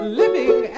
living